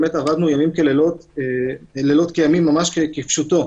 באמת עבדנו לילות כימים ממש כפשוטו,